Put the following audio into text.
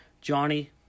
Johnny